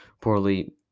Poorly